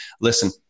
listen